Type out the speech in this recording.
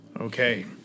Okay